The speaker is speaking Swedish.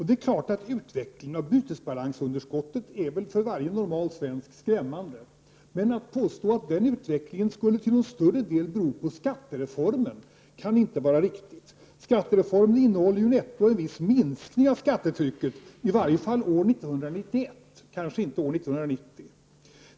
Det är klart att utvecklingen i fråga om bytesbalansunderskottet för varje normal svensk är skrämmande, men att påstå att den utvecklingen till en större del skulle bero på skattereformen kan inte vara riktigt. Skattereformen innehåller ju netto en viss minskning av skattetrycket, kanske inte år 1990 men i varje fall år 1991.